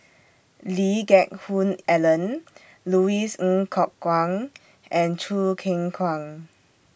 Lee Geck Hoon Ellen Louis Ng Kok Kwang and Choo Keng Kwang